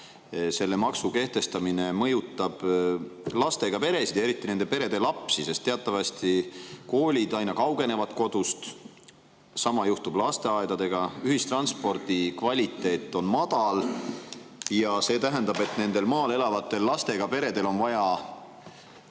selle maksu kehtestamine mõjutab lastega peresid ja eriti nende perede lapsi, sest teatavasti koolid aina kaugenevad kodust, sama juhtub lasteaedadega ja ühistranspordi kvaliteet on madal. See tähendab, et maal elavatel lastega peredel on vaja